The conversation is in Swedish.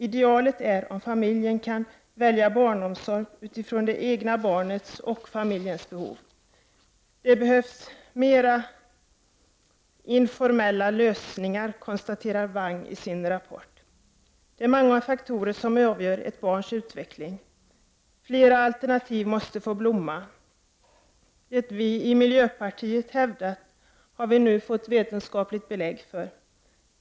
Idealet är om familjen kan välja barnomsorg utifrån det egna barnets och familjens behov. Det behövs mer av informella lösningar, konstaterar Hwang i sin rapport. Det är många faktorer som avgör ett barns utveckling. Flera alternativ måste få blomma. Det som vi i miljöpartiet hävdat har vi nu fått vetenskapligt belägg för.